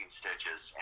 stitches